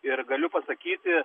ir galiu pasakyti